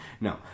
no